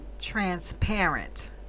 transparent